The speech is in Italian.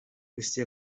questi